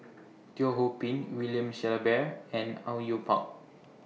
Teo Ho Pin William Shellabear and Au Yue Pak